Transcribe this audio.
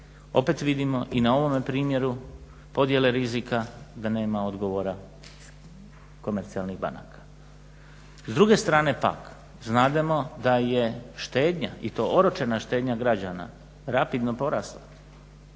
opet vidimo i na ovom primjeru podjele rizika da nema odgovora komercijalnih banaka. S druge strane pak znademo da je štednja i to oročena štednja građana rapidno porasla,